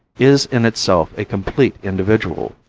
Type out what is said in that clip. is in itself a complete individual.